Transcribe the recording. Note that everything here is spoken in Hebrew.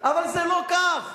אבל זה לא כך.